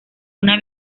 una